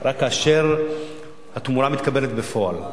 רק כאשר התמורה מתקבלת בפועל.